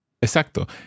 Exacto